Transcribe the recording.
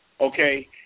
okay